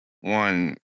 one